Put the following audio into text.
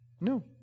No